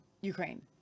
Ukraine